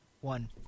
One